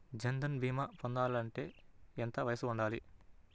జన్ధన్ భీమా పొందాలి అంటే ఎంత వయసు ఉండాలి?